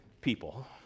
people